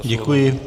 Děkuji.